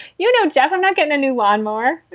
you know, jeff, i'm not getting a new one more.